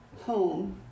home